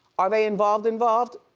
are they involved involved,